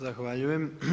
Zahvaljujem.